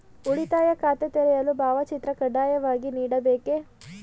ಉಳಿತಾಯ ಖಾತೆ ತೆರೆಯಲು ಭಾವಚಿತ್ರ ಕಡ್ಡಾಯವಾಗಿ ನೀಡಬೇಕೇ?